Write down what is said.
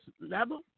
level